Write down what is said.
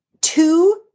two